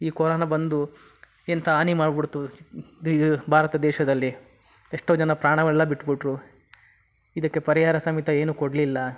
ಈ ಕೊರೋನಾ ಬಂದು ಎಂಥ ಹಾನಿ ಮಾಡ್ಬಿಡ್ತು ಇದು ಭಾರತ ದೇಶದಲ್ಲಿ ಎಷ್ಟೋ ಜನ ಪ್ರಾಣವೆಲ್ಲ ಬಿಟ್ಬಿಟ್ರು ಇದಕ್ಕೆ ಪರಿಹಾರ ಸಮೇತ ಏನೂ ಕೊಡಲಿಲ್ಲ